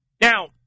Now